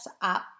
up